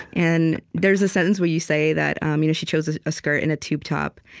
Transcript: and there's this sentence where you say that um you know she chose ah a skirt and a tube top.